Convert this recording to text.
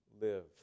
live